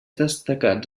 destacats